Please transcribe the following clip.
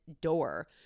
door